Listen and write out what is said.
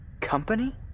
Company